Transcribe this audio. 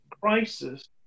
crisis